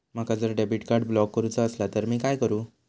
माका जर debit card block करूचा असला तर मी काय करू?